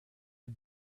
had